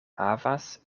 havas